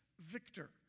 victor